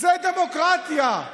זה דמוקרטיה.